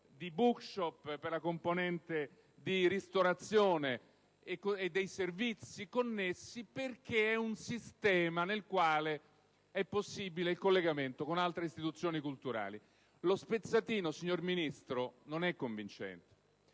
di *bookshop*, di ristorazione e dei servizi connessi, perché è un sistema nel quale è possibile il collegamento con altre istituzioni culturali. Lo spezzatino, signor Ministro, non è convincente.